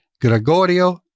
Gregorio